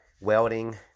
welding